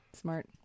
Smart